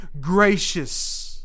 gracious